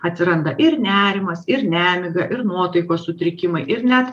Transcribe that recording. atsiranda ir nerimas ir nemiga ir nuotaikos sutrikimai ir net